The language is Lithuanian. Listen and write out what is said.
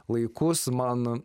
laikus man